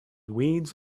weeds